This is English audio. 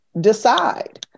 Decide